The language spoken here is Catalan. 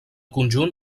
conjunt